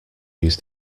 use